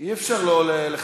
אם אתה סוגר עכשיו,